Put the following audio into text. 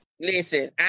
Listen